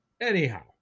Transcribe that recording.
Anyhow